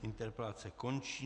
Interpelace končí.